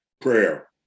Prayer